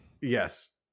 yes